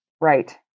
Right